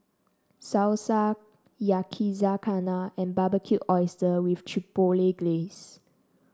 Salsa Yakizakana and Barbecued Oysters with Chipotle Glaze